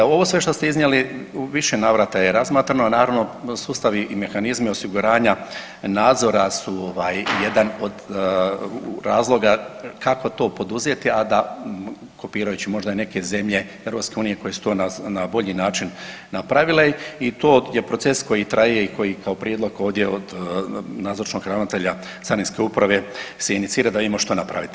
Evo ovo sve što ste iznijeli u više navrata je razmatrano, naravno sustavi i mehanizmi osiguranja nadzora su ovaj jedan od razloga kako to poduzeti, a da kopirajući možda i neke zemlje EU koje su na bolji način napravile i to je proces koji traje i koji kao prijedlog ovdje od nazočnog ravnatelja Carinske uprave se inicira da vidimo što napraviti.